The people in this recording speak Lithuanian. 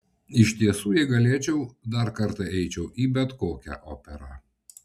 iš tiesų jei galėčiau dar kartą eičiau į bet kokią operą